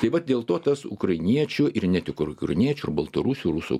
tai vat dėl to tas ukrainiečių ir netikrų ukrainiečių baltarusių rusų